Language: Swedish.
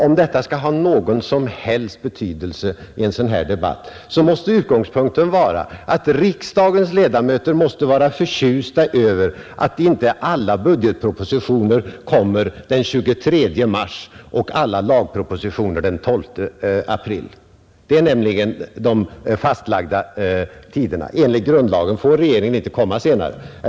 Om detta nu skall ha någon som helst betydelse i en sådan här debatt måste utgångspunkten vara att riksdagens ledamöter skall vara förtjusta över att inte alla budgetpropositioner kommer den 23 mars och alla lagpropositioner den 12 april — det är nämligen de fastlagda tiderna; enligt grundlagen får regeringen inte komma senare med propositionerna.